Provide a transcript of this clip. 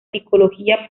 psicología